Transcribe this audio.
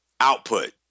output